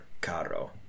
caro